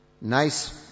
Nice